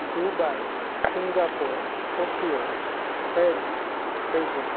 Dubai Singapore Tokyo Paris Beijing